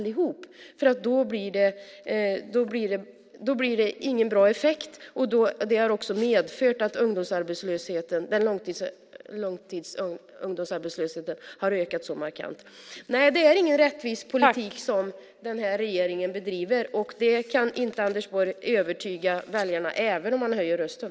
Om detta gäller alla blir det ingen bra effekt, och det har också medfört att långtidsungdomsarbetslösheten har ökat så markant. Det är ingen rättvis politik som den här regeringen bedriver. Det kan inte Anders Borg övertyga väljarna om även om han höjer rösten.